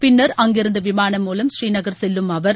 பின்னர் அங்கிருந்து விமானம் மூலம் ஸ்ரீநகர் செல்லும் அவர்